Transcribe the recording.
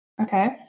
Okay